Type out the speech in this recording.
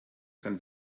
sein